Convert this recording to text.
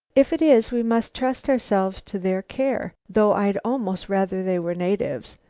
if it is, we must trust ourselves to their care, though i'd almost rather they were natives.